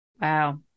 Wow